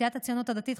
סיעת הציונות הדתית,